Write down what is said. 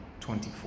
24